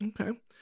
Okay